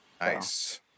Nice